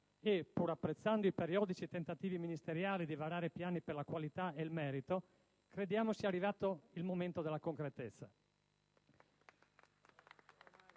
E, pur apprezzando i periodici tentativi ministeriali di varare piani per la qualità e il merito, crediamo sia arrivato il momento della concretezza.